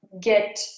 get